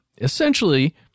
essentially